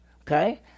okay